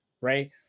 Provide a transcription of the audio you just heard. right